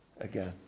again